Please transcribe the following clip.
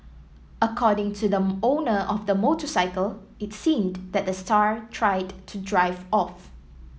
according to the owner of the motorcycle it seemed that the star tried to drive off